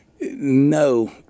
no